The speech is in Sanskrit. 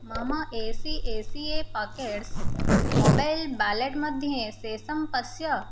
मम A C A C A pockets mobile wallet मध्ये शेषं पश्य